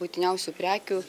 būtiniausių prekių